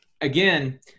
again